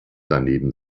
daneben